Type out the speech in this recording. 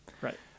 right